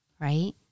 right